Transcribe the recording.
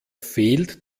fehlt